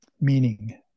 meaning